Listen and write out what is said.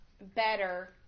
better